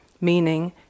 Meaning